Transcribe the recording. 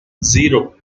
zero